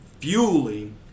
fueling